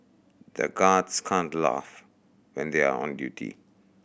the guards can't laugh when they are on duty